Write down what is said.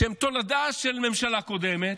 שהן תולדה של ממשלה קודמת,